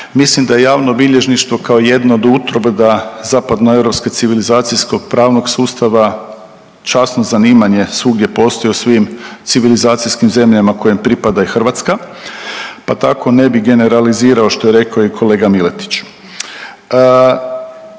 Mislim da je javno bilježništvo kao jedno od utrobe da zapadno civilizacijske civilizacijskog pravnog sustava časno zanimanje, svugdje postoji u svim civilizacijskim zemljama kojim pripada i Hrvatska, pa tako ne bi generalizirao, što je rekao i kolega Miletić.